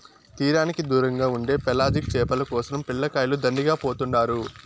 తీరానికి దూరంగా ఉండే పెలాజిక్ చేపల కోసరం పిల్లకాయలు దండిగా పోతుండారు